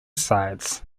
sides